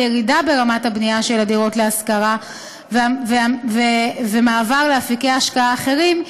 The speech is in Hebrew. לירידה ברמת הבנייה של הדירות להשכרה ולמעבר לאפיקי השקעה אחרים,